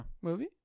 movie